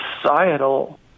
societal